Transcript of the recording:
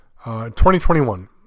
2021